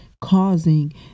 causing